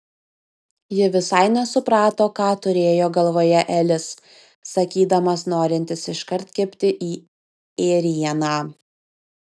ji visai nesuprato ką turėjo galvoje elis sakydamas norintis iškart kibti į ėrieną